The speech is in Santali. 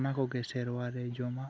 ᱚᱱᱟ ᱠᱚᱜᱮ ᱥᱮᱨᱣᱟ ᱨᱮ ᱡᱚᱢᱟᱜ ᱠᱚᱫᱚ